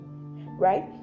right